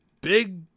big